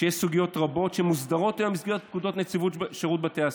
שיש סוגיות רבות שמוסדרות היום במסגרת פקודת נציבות שירות בתי הסוהר.